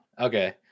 okay